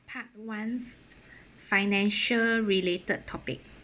part one financial related topic